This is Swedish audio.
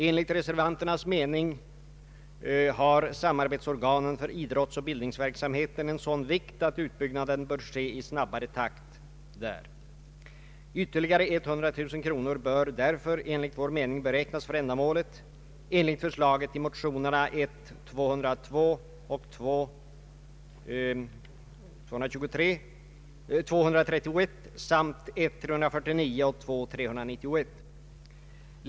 Enligt reservanternas mening har samarbetsorganen för idrottsoch bildningsverksamheten en sådan vikt att utbyggnaden bör ske i snabbare takt. Vi anser därför att ytterligare 100 000 kronor bör beräknas för ändamålet, enligt förslag i motionerna 1: 349 och II: 391.